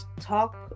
talk